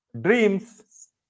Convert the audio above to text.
dreams